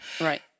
Right